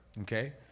okay